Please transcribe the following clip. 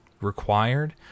required